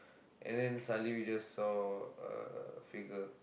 and then suddenly we just saw a figure